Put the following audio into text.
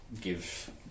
give